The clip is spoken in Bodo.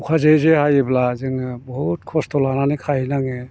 अखा जे जे हायोब्ला जोङो बहुद खस्थ' लानानै खाहैनाङो